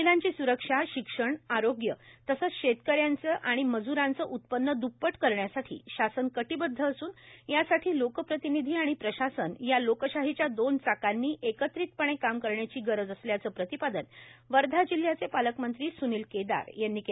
महिलांची स्रक्षा शिक्षण आरोग्य तसेच शेतक यांचे व मज्रांचे उत्पन्न द्प्पट करण्यासाठी शासन कटिबद्ध अस्न यासाठी लोकप्रतिनिधी आणि प्रशासन या लोकशाहीच्या दोन चाकांनी एकत्रितपणे काम करण्याची गरज असल्याचे प्रतिपादन वर्धा जिल्ह्याचे पालकमंत्री स्नील केदार यांनी केलं